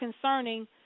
concerning